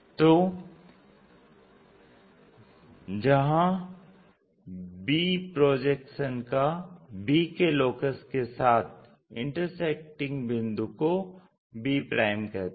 तो जहाँ b projection का b के लोकस के साथ इंटरसेक्टिंग बिंदु को b कहते हैं